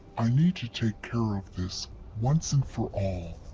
i need to take care of this once and for all.